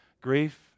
grief